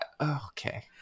Okay